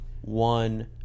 one